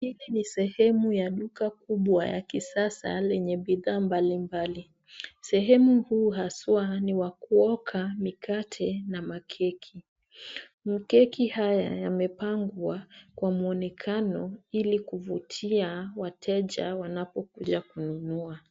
Hili ni sehemu ya duka kubwa ya kisasa na lenye bidhaa mbalimbali, sehemu huu haswa ni wa kuweka mikate na makeki. Makeki haya yamepangwa kwa mwonekano ili kuvutia wateja wanapokuja kununua.